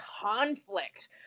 conflict